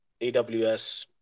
AWS